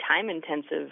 time-intensive